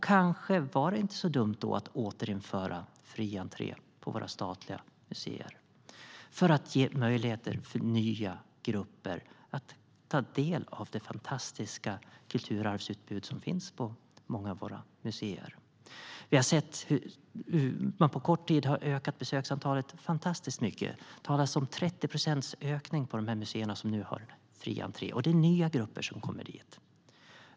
Kanske var det då inte så dumt att återinföra fri entré på våra statliga museer - för att ge möjligheter till nya grupper att ta del av det fantastiska kulturarvsutbud som finns på många av våra museer. Vi har sett hur man på kort tid har ökat besöksantalet mycket. Det talas om 30 procents ökning på de museer som nu har fri entré, och det är nya grupper som kommer dit.